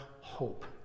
hope